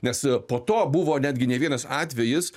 nes po to buvo netgi ne vienas atvejis